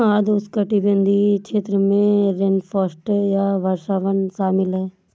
आर्द्र उष्णकटिबंधीय क्षेत्र में रेनफॉरेस्ट या वर्षावन शामिल हैं